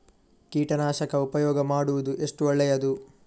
ಕೀಟನಾಶಕ ಉಪಯೋಗ ಮಾಡುವುದು ಎಷ್ಟು ಒಳ್ಳೆಯದು?